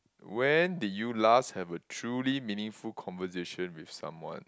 when did you last have a truly meaningful conversation with someone